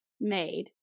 made